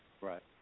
Right